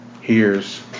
hears